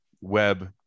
web